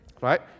Right